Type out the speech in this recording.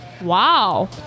Wow